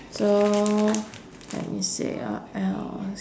so let me see what else